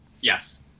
yes